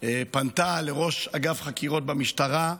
פנתה לראש אגף חקירות במשטרה,